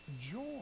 joy